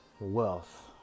wealth